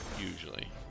usually